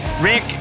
Rick